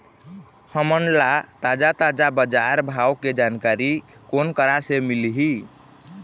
हमन ला ताजा ताजा बजार भाव के जानकारी कोन करा से मिलही?